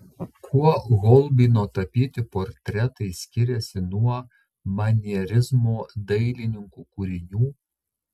kuo holbeino tapyti portretai skiriasi nuo manierizmo dailininkų kūrinių